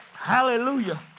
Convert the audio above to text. Hallelujah